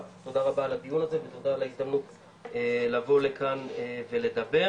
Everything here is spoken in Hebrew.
על הדיון הזה ותודה על ההזדמנות לבוא לכאן ולדבר,